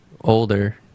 older